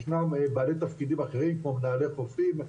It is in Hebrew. ישנם בעלי תפקידים אחרים כמו מנהלי חופים,